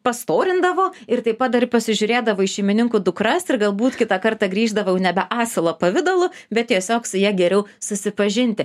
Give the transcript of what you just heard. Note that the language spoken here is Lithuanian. pastorindavo ir taip pat dar pasižiūrėdavo į šeimininkų dukras ir galbūt kitą kartą grįždavo jau nebe asilo pavidalu bet tiesiog su ja geriau susipažinti